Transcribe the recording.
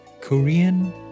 Korean